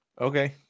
Okay